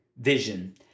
Vision